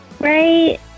Right